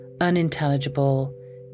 unintelligible